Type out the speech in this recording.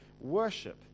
worship